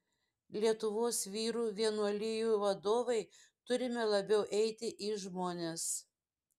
lietuvos vyrų vienuolijų vadovai turime labiau eiti į žmones